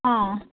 অঁ